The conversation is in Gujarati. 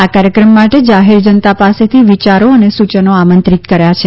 આ કાર્યક્રમ માટે જાહેર જનતા પાસેથી વિયારો અને સૂચનો આમંત્રિત કર્યા છે